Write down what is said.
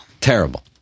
Terrible